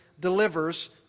delivers